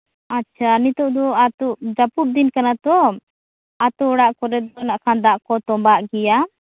ᱟᱪᱪᱷᱟ ᱱᱤᱛᱚᱜ ᱫᱚ ᱟᱛᱳ ᱡᱟᱹᱯᱩᱫ ᱫᱤᱱ ᱠᱟᱱᱟ ᱛᱚ ᱟᱛᱳ ᱚᱲᱟᱜ ᱠᱚᱨᱮᱱᱟᱜ ᱠᱷᱟᱱ ᱫᱟᱜ ᱠᱚ ᱛᱚᱸᱢᱵᱟᱜ ᱜᱮᱭᱟ